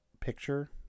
picture